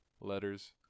letters